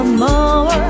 more